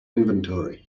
inventory